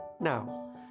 Now